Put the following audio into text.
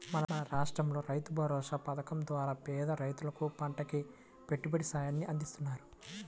మన రాష్టంలో రైతుభరోసా పథకం ద్వారా పేద రైతులకు పంటకి పెట్టుబడి సాయాన్ని అందిత్తన్నారు